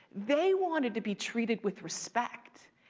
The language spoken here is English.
they wanted to be treated with respect,